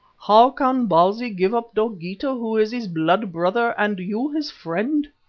how can bausi give up dogeetah who is his blood brother, and you, his friend?